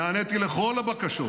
נעניתי לכל הבקשות,